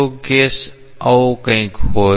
તો કેસ આવો કઈક હોત